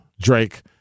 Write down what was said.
Drake